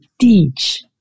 teach